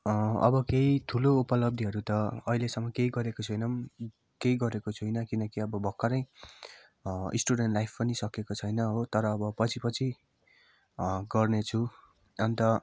अँ अब केही ठुलो उपलब्धिहरू त अहिलेसम्म केही गरेको छुइनँ केही गरेको छुइनँ किनकि अब भर्खरै अँ स्टुडेन्ट लाइफ पनि सकिएको छैन हो तर अब पछिपछि अँ गर्नेछु अन्त